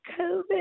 COVID